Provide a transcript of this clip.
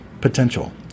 potential